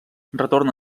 retorna